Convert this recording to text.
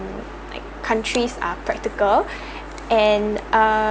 like countries are practical and ah